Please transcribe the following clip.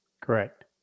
Correct